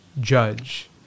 judge